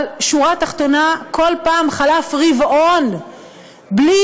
אבל שורה תחתונה: כל פעם חלף רבעון בלי